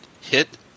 hit